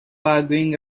arguing